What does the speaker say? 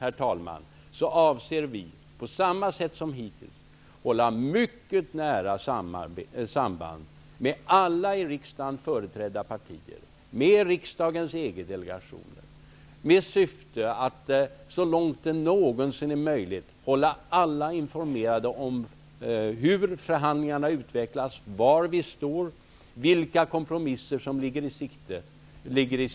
Intill dess avser vi på samma sätt som hittills att mycket nära samarbeta med alla i riksdagen företrädda partier och med riksdagens EG-delegationer i syfte att så långt det någonsin är möjligt hålla alla informerade om hur förhandlingarna utvecklas, om var vi står och om vilka kompromisser som finns i sikte.